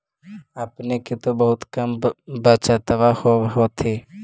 अपने के तो बहुते कम बचतबा होब होथिं?